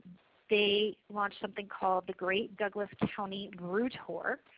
they launched something called the great douglas county brew tour.